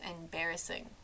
embarrassing